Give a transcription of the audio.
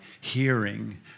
hearing